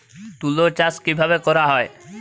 তুলো চাষ কিভাবে করা হয়?